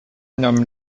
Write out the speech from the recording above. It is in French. nomme